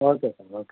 okay sir okay